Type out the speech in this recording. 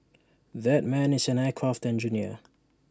that man is an aircraft engineer